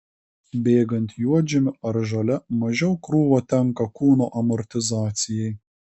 bėgant juodžemiu ar žole mažiau krūvio tenka kūno amortizacijai